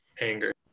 anger